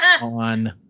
on